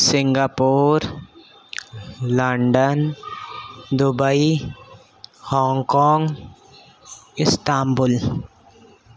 Singapore London Dubai Hong Kong Istanbul